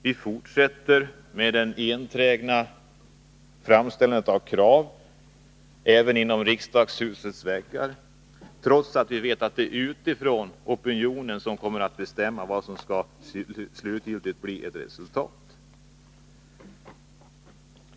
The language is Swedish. Vi fortsätter enträget att ställa krav även inom riksdagshusets väggar, trots att vi vet att det är opinionen ute i landet som kommer att bestämma det slutgiltiga resultatet.